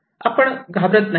आपण घाबरत नाही काय